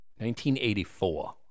1984